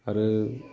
आरो